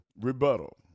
rebuttal